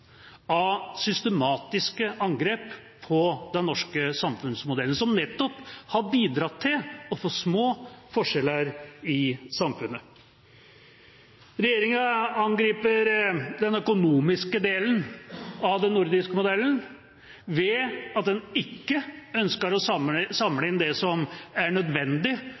av systematiske angrep på den norske samfunnsmodellen, som har bidratt til nettopp å få små forskjeller i samfunnet. Regjeringa angriper den økonomiske delen av den nordiske modellen ved at den ikke ønsker å samle inn, over skatten, det som er nødvendig